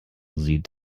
sie